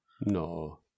no